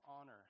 honor